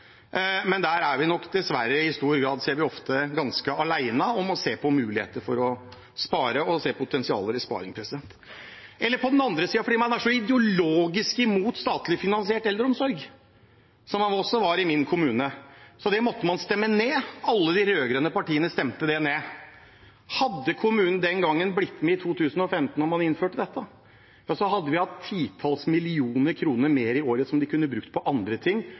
ser vi ofte – om å se på muligheter for å spare og se potensialer i sparing. Eller på den andre siden: Fordi man var så ideologisk imot statlig finansiert eldreomsorg som man var i min kommune, måtte man stemme det ned. Alle de rød-grønne partiene stemte det ned. Hadde kommunen blitt med den gangen i 2015, da man innførte dette, ja, så hadde de hatt titalls flere millioner i året som de kunne brukt på andre ting,